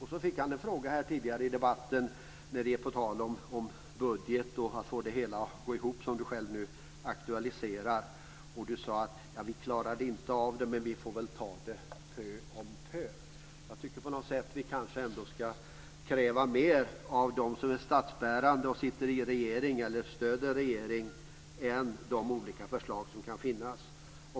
Han fick en fråga tidigare i debatten på tal om budget och att få det hela att gå ihop, som han själv nu aktualiserar. Han sade: Vi klarade inte av det, men vi får väl ta det pö om pö. Jag tycker på något sätt att vi ändå ska kräva mer av dem som är statsbärande och stöder regeringen än av de olika förslag som kan finnas.